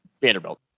Vanderbilt